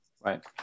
Right